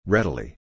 Readily